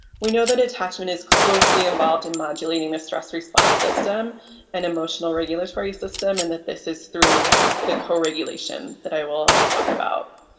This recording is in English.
we know that attachment is closely involved in modulating a stress response system an emotional regulatory system and that this is through the co regulation that i will talk about.